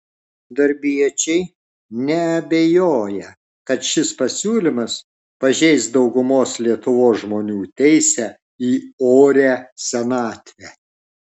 darbiečiai neabejoja kad šis pasiūlymas pažeis daugumos lietuvos žmonių teisę į orią senatvę